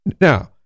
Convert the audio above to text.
Now